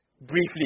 briefly